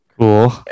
Cool